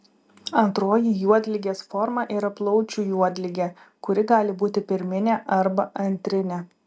antroji juodligės forma yra plaučių juodligė kuri gali būti pirminė arba antrinė